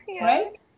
right